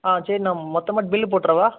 ஆ சரி நான் மொத்தமாக பில்லு போட்டுடவா